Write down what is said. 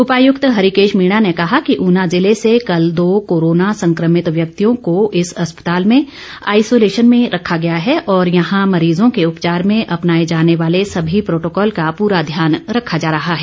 उपायुक्त हरीकेश मीणा ने कहा कि ऊना जिले से कल दो ॅ कोरोना संक्रमित व्यक्तियों को इस अस्पताल में आईसोलेशन में रखा गया है और यहां मरीजों के उपचार में अपनाए जाने वाले सभी प्रोटोकॉल का पूरा ध्यान रखा जा रहा है